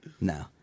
No